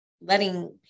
letting